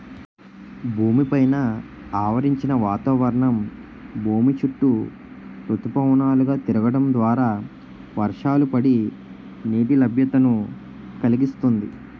భూమి పైన ఆవరించిన వాతావరణం భూమి చుట్టూ ఋతుపవనాలు గా తిరగడం ద్వారా వర్షాలు పడి, నీటి లభ్యతను కలిగిస్తుంది